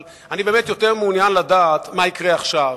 אבל אני באמת יותר מעוניין לדעת מה יקרה עכשיו,